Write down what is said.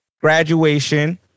Graduation